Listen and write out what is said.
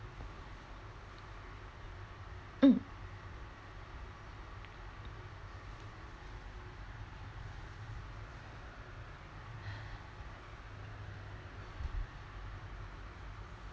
mm